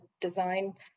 design